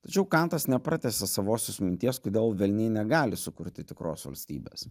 tačiau kantas nepratęsė savosios minties kodėl velniai negali sukurti tikros valstybės